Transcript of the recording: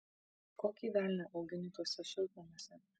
kokį velnią augini tuose šiltnamiuose